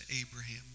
Abraham